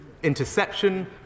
interception